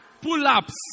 Pull-ups